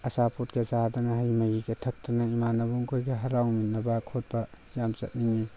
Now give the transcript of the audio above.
ꯑꯆꯥꯄꯣꯠꯀ ꯆꯥꯗꯅ ꯍꯩ ꯃꯍꯤꯒ ꯊꯛꯇꯅ ꯏꯃꯥꯟꯅꯕ ꯃꯈꯣꯏꯒ ꯍꯔꯥꯎꯃꯤꯟꯅꯕ ꯈꯣꯠꯄ ꯌꯥꯝ ꯆꯠꯅꯤꯡꯉꯤ